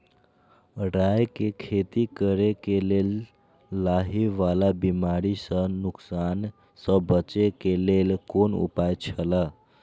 राय के खेती करे के लेल लाहि वाला बिमारी स नुकसान स बचे के लेल कोन उपाय छला?